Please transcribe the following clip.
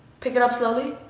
pick it up slowly.